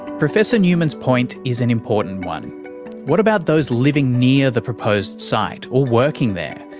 professor newman's point is an important one what about those living near the proposed site? or working there?